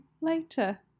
later